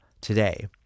today